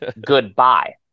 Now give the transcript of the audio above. goodbye